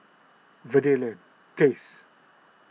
Verde Place